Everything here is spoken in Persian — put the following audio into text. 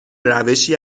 روشی